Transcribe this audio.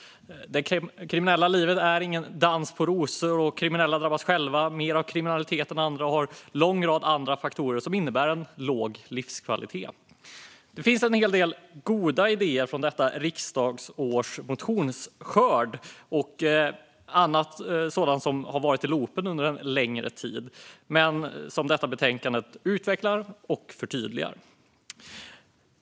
Det kriminella livet är ingen dans på rosor. Kriminella drabbas själva av mer kriminalitet än andra och av en lång rad andra faktorer som innebär en låg livskvalitet. Det finns en hel del goda idéer i motionsskörden från detta riksdagsår och annat som har varit i loopen en längre tid. Det utvecklas och förtydligas i detta betänkande.